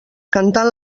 cantant